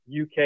UK